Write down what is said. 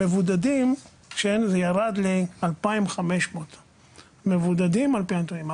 המבודדים זה ירד ל-2,500 מבודדים על פי הנתונים.